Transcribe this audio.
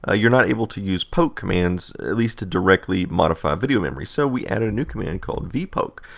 ah you're not able to use poke commands at least to directly modify video memory. so, we added a new command called vpoke.